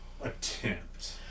attempt